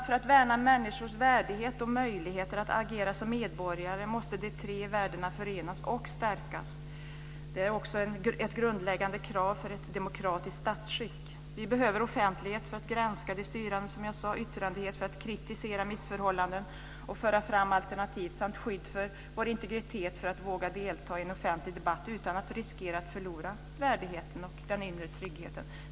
För att vi ska kunna värna människors värdighet och möjligheter att agera som medborgare måste de tre värdena förenas och stärkas. Det är också ett grundläggande krav för ett demokratiskt statsskick. Vi behöver offentlighet för att granska de styrande, yttrandefrihet för att kritisera missförhållanden och föra fram alternativ samt skydd för vår integritet för att våga delta i en offentlig debatt utan att riskera att förlora värdigheten och den inre tryggheten.